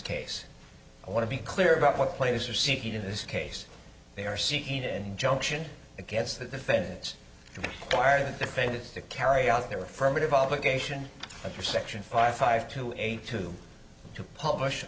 case i want to be clear about what players are seeking in this case they are seeking an injunction against the defense to require the defendants to carry out their affirmative obligation under section five five to eight to to publish